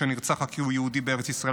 שנרצח רק כי הוא יהודי בארץ ישראל,